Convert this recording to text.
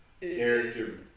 character